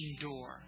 door